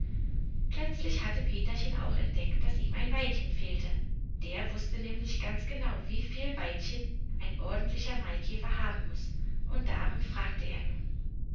plötzlich hatte peterchen auch entdeckt daß ihm ein beinchen fehlte der wußte nämlich ganz genau wieviel beinchen ein ordentlicher maikäfer haben muß und darum fragte er nun